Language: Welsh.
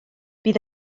bydd